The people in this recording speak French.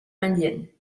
indiennes